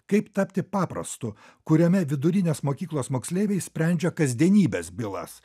kaip tapti paprastu kuriame vidurinės mokyklos moksleiviai sprendžia kasdienybės bylas